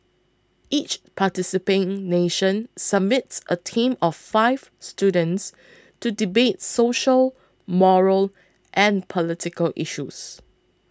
each participating nation submits a team of five students to debate social moral and political issues